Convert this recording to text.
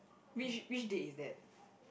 which which date is that